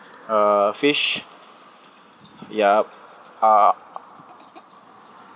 a fish yup uh